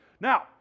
Now